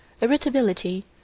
irritability